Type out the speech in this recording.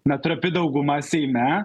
na trapi dauguma seime